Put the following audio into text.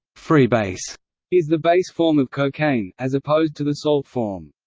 freebase is the base form of cocaine, as opposed to the salt form.